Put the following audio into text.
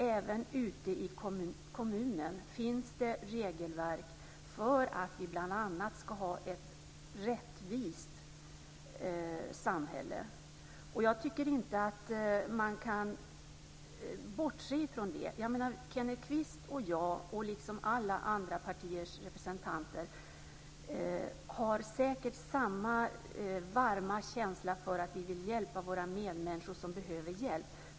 Även ute i kommunen finns det regelverk för att vi bl.a. ska ha ett rättvist samhälle. Jag tycker inte att man kan bortse från det. Kenneth Kvist och jag, liksom alla andra partiers representanter, har säkert samma varma känsla för att vi vill hjälpa våra medmänniskor som behöver hjälp.